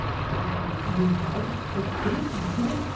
said the zulus, he is dead, the spirit is dead.